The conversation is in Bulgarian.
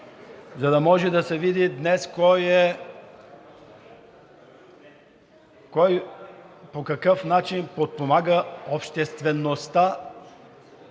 за да може да се види днес кой по какъв начин подпомага обществеността